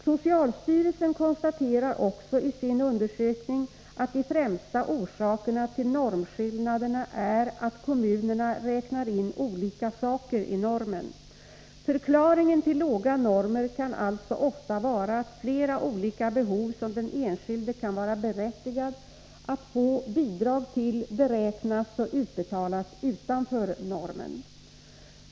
Socialstyrelsen konstaterar också i sin undersökning att den främsta orsaken till normskillnaderna är att kommunerna räknar in olika saker i normen. Förklaringen till låga normer kan alltså ofta vara att flera olika behov som den enskilde kan vara berättigad att få bidrag till beräknas och utbetalas utanför normen.